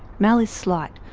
mel is slight,